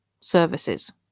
services